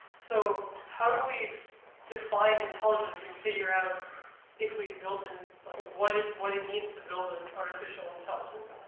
so how do we define intelligence and figure out if we built and, like, what it what it means to build an artificial intelligence?